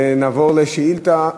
ונעבור לשאילתה,